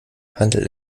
handelt